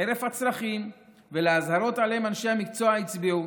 חרף הצרכים והאזהרות שעליהן אנשי המקצוע הצביעו,